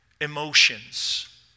emotions